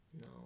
No